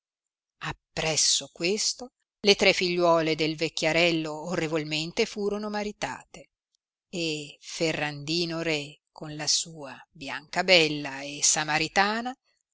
appresso questo le tre figliuole del vecchiarello orrevolmente furono maritate e ferrandino re con la sua biancabella e samaritana